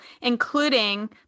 including